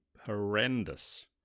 horrendous